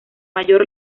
mayor